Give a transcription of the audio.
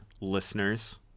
listeners